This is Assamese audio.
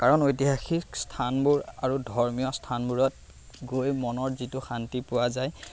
কাৰণ ঐতিহাসিক স্থানবোৰ আৰু ধৰ্মীয় স্থানবোৰত গৈ মনৰ যিটো শান্তি পোৱা যায়